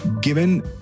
given